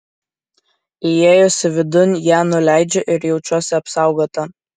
įėjusi vidun ją nuleidžiu ir jaučiuosi apsaugota